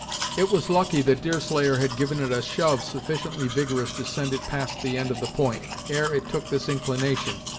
it was lucky that deerslayer had given it a shove sufficiently vigorous to send it past the end of the point, ere it took this inclination,